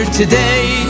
today